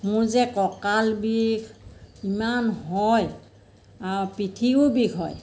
মোৰ যে কঁকাল বিষ ইমান হয় আ পিঠিও বিষ হয়